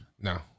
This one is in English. No